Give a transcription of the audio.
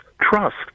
trust